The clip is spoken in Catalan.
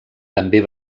també